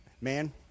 man